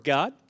God